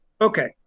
okay